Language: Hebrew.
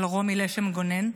על רומי לשם גונן.